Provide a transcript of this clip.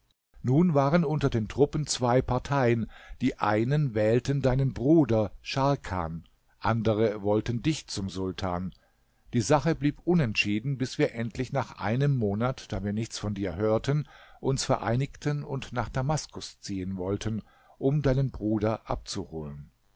nun waren unter den truppen zwei parteien die einen wählten deinen bruder scharkan andere wollten dich zum sultan die sache blieb unentschieden bis wir endlich nach einem monat da wir nichts von dir hörten uns vereinigten und nach damaskus ziehen wollten um deinen bruder abzuholen